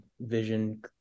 vision